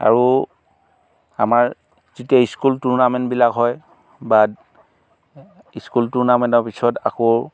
আৰু আমাৰ যেতিয়া স্কুল টুৰ্ণামেণ্টবিলাক হয় বা স্কুল টুৰ্ণামেণ্টৰ পিছত আকৌ